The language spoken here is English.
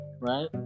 right